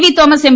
V Thomas M